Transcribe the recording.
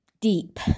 deep